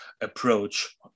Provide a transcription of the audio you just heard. approach